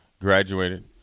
graduated